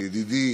ידידי